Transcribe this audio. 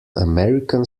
american